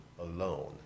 alone